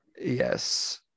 Yes